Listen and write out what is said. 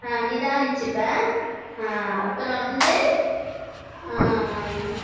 நிதானிச்சிப்பேன் அப்புறோம் வந்து